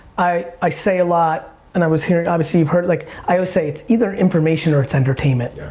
i i say a lot, and i was hearing, obviously heard, like i always say, it's either information or it's entertainment.